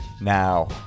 now